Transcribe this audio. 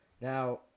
Now